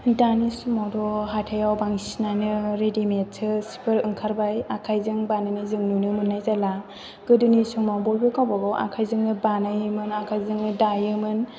दानि समावथ' हाथायाव बांसिनानो रेडिमेडसो सिफोर ओंखारबाय आखाइजों बानायनाय जों नुनो मोननाय जाला गोदोनि समाव बयबो गावबागाव आखाइजोंनो बानायोमोन आखायजोंनो दायोमोन